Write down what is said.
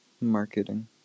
Marketing